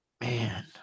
Man